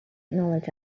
knowledge